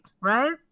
right